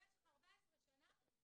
במשך 14 שנה,